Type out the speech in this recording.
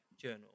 journal